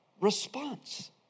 response